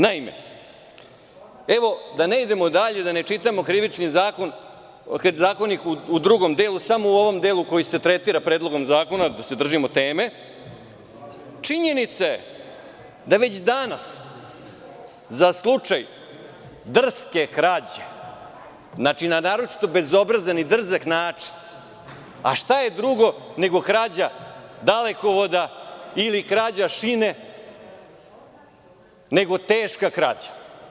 Naime, da ne idemo dalje i da ne čitamo Krivični zakonik u drugom delu, samo u ovom delu koji se tretira Predlogom zakona, da se držimo teme, činjenica je da je već danas za slučaj drske krađe, na naročito bezobrazan i drzak način, a šta je drugo nego krađa dalekovoda ili krađa šine teška krađa.